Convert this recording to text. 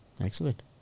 Excellent